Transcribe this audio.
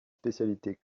spécialités